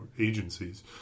agencies